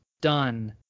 done